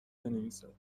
بنویسد